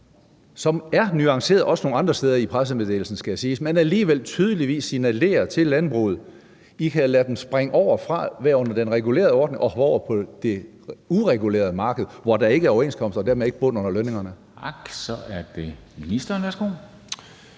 som er nuanceret nogle andre steder i pressemeddelelsen, det skal også siges – men alligevel tydeligvis signalerer til landbruget, at de kan lade dem springe fra at være under den regulerede ordning og over på det uregulerede marked, hvor der ikke er overenskomster og dermed ikke bund under lønningerne. Kl. 14:13 Formanden (Henrik